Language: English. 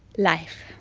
life.